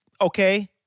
okay